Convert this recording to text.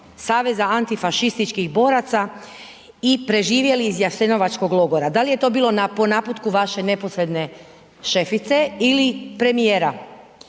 Saveza antifašističkih boraca i preživjeli iz Jasenovačkog logora. Da li je to bilo po naputku vaše neposredne šefice ili premijera?